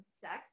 sex